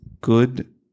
good